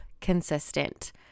consistent